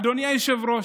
אדוני היושב-ראש,